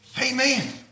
Amen